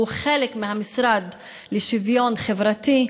שהוא חלק מהמשרד לשוויון חברתי,